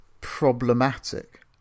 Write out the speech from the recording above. problematic